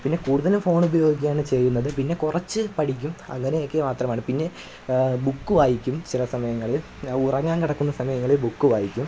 പിന്നെ കൂടുതലും ഫോൺ ഉപയോഗിക്കുകയാണ് ചെയ്യുന്നത് പിന്നെ കുറച്ച് പഠിക്കും അങ്ങനെയൊക്കെ മാത്രമാണ് പിന്നെ ബുക്ക് വായിക്കും ചില സമയങ്ങളിൽ ഉറങ്ങാൻ കിടക്കുന്ന സമയങ്ങളിൽ ബുക്ക് വായിക്കും